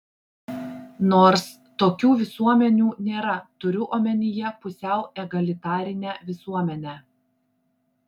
nors tokių visuomenių nėra turiu omenyje pusiau egalitarinę visuomenę